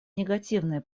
негативные